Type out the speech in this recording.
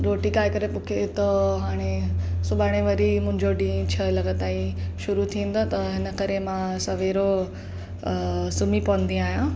रोटी खाई करे मूंखे त हाणे सुभाणे वरी मुंहिंजो ॾींहुं छह लॻे ताईं शुरू थींदो आहे त हिन करे मां सवेरो सुम्ही पवंदी आहियां